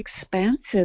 expansive